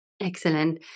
Excellent